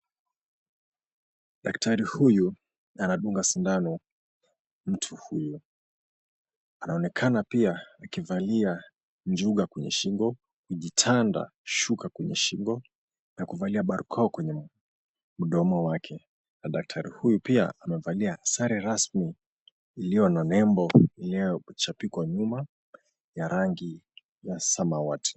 Daktari huyu anadunga sindano mtu huyu. Anaonekana pia akivalia njuga kwenye shingo, kujitanda shuka kwenye shingo, na kuvalia barakoa kwenye mdomo wake, na daktari huyu pia amevalia sare rasmi iliyo na nembo iliyochapikwa nyuma ya rangi ya samawati.